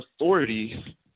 authority